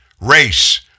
race